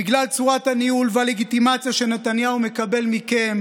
בגלל צורת הניהול והלגיטימציה שנתניהו מקבל מכם